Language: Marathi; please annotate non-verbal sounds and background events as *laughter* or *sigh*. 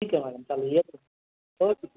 ठीक आहे मॅडम चालेल *unintelligible* ओके